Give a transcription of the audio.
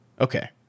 Okay